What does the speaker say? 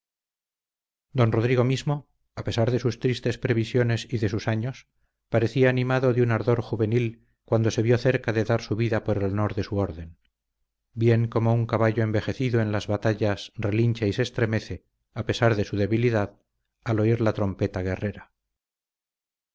don rodrigo mismo a pesar de sus tristes previsiones y de sus años parecía animado de un ardor juvenil cuando se vio cerca de dar su vida por el honor de su orden bien como un caballo envejecido en las batallas relincha y se estremece a pesar de su debilidad al oír la trompeta guerrera